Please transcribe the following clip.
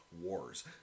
Wars